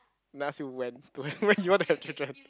no I ask you when to have when you want to have children